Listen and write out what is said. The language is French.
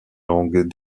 langues